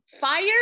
fire